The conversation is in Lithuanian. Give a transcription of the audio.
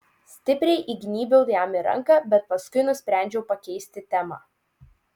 stipriai įgnybiau jam į ranką bet paskui nusprendžiau pakeisti temą